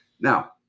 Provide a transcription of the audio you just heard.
now